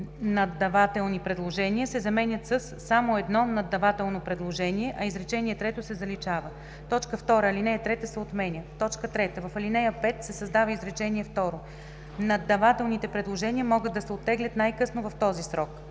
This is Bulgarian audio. наддавателни предложения“ се заменят със „само едно наддавателно предложение“, а изречение трето се заличава. 2. Алинея 3 се отменя. 3. В ал. 5 се създава изречение второ: „Наддавателните предложения могат да се оттеглят най-късно в този срок.“